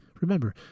Remember